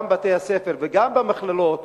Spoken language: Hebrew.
גם בבתי-הספר וגם במכללות,